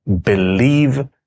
believe